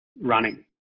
Running